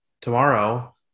tomorrow